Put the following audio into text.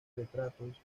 retratos